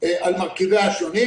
על מרכיביה השונים.